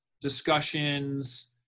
discussions